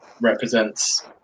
represents